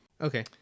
okay